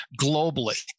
globally